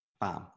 bam